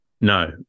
No